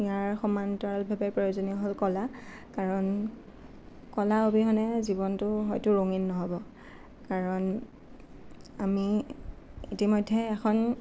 ইয়াৰ সমান্তৰালভাৱে প্ৰয়োজনীয় হ'ল কলা কাৰণ কলাৰ অবিহনে হয়তো জীৱনটো ৰঙীন নহ'ব কাৰণ আমি ইতিমধ্যই এখন